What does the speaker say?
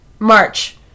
March